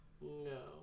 No